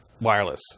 wireless